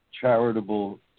charitable